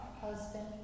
husband